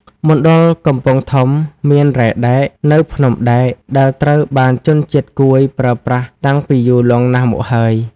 មណ្ឌលកំពង់ធំមាន រ៉ែដែក នៅភ្នំដែក ដែលត្រូវបានជនជាតិកួយប្រើប្រាស់តាំងពីយូរលង់ណាស់មកហើយ។